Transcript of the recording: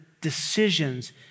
decisions